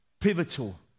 pivotal